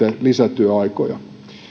lisätyöaikoja